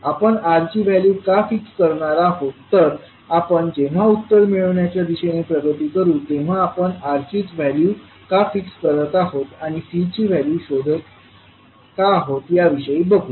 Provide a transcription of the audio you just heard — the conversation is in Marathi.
आपण R ची व्हॅल्यू का फिक्स करणार आहोत तर आपण जेव्हा उत्तर मिळवण्याच्या दिशेने प्रगती करू तेव्हा आपण R चीच व्हॅल्यू का फिक्स करत आहोत आणि C ची व्हॅल्यू शोधत का आहोत याविषयी बघू